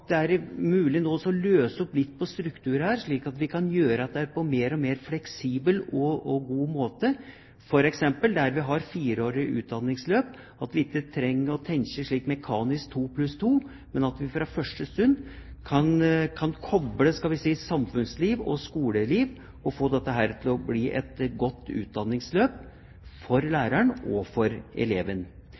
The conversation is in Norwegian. vi kan gjøre dette på en mer fleksibel og god måte, f.eks. der vi har fireårige utdanningsløp; at vi ikke trenger å tenke nærmest mekanisk to pluss to, men at vi fra første stund kan koble samfunnsliv og skoleliv og få det til å bli et godt utdanningsløp for læreren og for eleven.